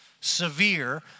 severe